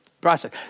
process